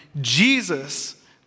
Jesus